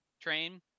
train